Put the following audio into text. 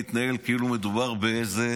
גנץ מתנהל כאילו מדובר באיזה